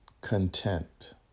Content